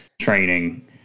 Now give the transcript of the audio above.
Training